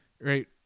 right